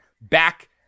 back